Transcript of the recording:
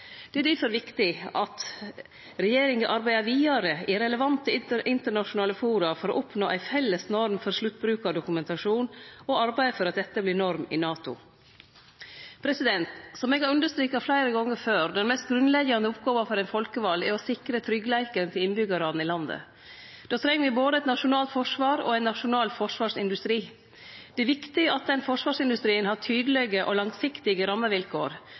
Det er difor viktig at regjeringa arbeider vidare i relevante internasjonale fora for å oppnå ei felles norm for sluttbrukardokumentasjon, og arbeide for at dette vert norm i NATO. Som eg har understreka fleire gonger før: Den mest grunnleggjande oppgåva for ein folkevald er å sikre tryggleiken til innbyggjarane i landet. Då treng me både eit nasjonalt forsvar og ein nasjonal forsvarsindustri. Det er viktig at den forsvarsindustrien har tydelege og langsiktige rammevilkår,